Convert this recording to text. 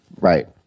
Right